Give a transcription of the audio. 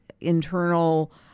internal